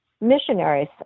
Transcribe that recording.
missionaries